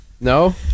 No